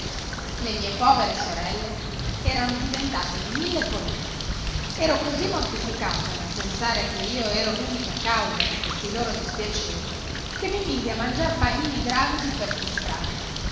le mie povere sorelle erano diventate di mille colori ero così mortificato nel pensare che io ero l'unica causa di questi loro dispiaceri che mi misi a mangiar panini gravidi per distrarmi